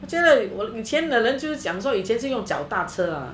我觉得以前的人就是想说是用脚踏车